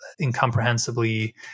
incomprehensibly